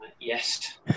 Yes